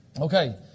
Okay